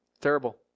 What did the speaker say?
Terrible